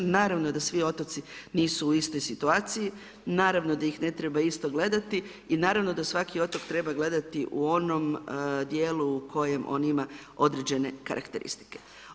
Naravno da svi otoci nisu u istoj situaciji, naravno da ih ne treba isto gledati i naravno da svaki otok treba gledati u onom dijelu u kojem on ima određene karakteristike.